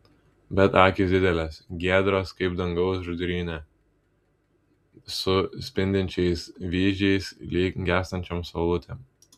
bet akys didelės giedros kaip dangaus žydrynė su spindinčiais vyzdžiais lyg gęstančiom saulutėm